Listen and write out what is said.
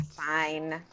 Fine